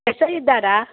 S I ಇದ್ದಾರ